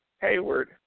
Hayward